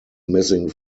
missing